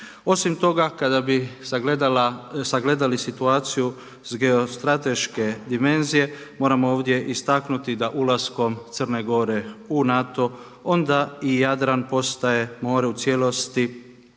Osim toga, kada bi sagledali situaciju sa geostrateške dimenzije moram ovdje istaknuti da ulaskom Crne Gore u NATO onda i Jadran postaje more u cijelosti